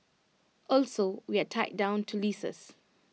also we are tied down to leases